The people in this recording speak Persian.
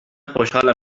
خوشحالم